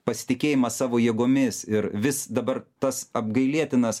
pasitikėjimą savo jėgomis ir vis dabar tas apgailėtinas